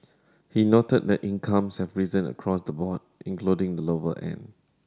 he noted that incomes have risen across the board including the lower end